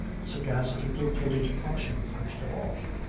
sagacity dictated caution first of all.